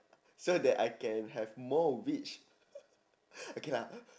so that I can have more wish okay lah